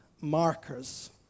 markers